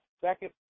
second